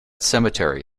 cemetery